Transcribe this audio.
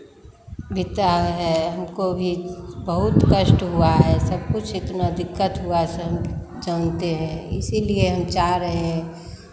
बीता है हमको भी बहुत कष्ट हुआ है सब कुछ इतना दिक्कत हुआ से हम जानते हैं इसीलिए हम चाह रहे हैं